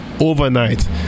overnight